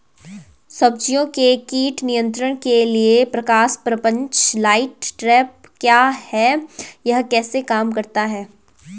सब्जियों के कीट नियंत्रण के लिए प्रकाश प्रपंच लाइट ट्रैप क्या है यह कैसे काम करता है?